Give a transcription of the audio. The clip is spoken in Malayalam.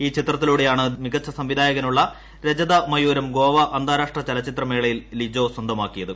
ഈ ചിത്രത്തിലൂടെയാണ് മികച്ച സംവിധായകനുള്ള രജത മയൂരം ഗോവ അന്താരാഷ്ട്ര ചലച്ചിത്ര മേളയിൽ ലിജോ സ്വന്തമാക്കിയത്